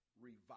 revive